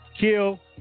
Kill